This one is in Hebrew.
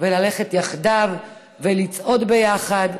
וללכת יחדיו ולצעוד ביחד.